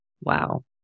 Wow